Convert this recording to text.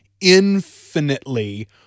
infinitely